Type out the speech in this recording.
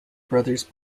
brothers